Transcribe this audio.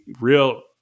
real